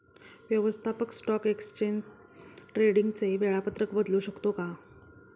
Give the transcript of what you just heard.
व्यवस्थापक stock exchange ट्रेडिंगचे वेळापत्रक बदलू शकतो का?